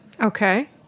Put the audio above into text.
Okay